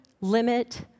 limit